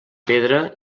pedra